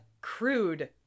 crude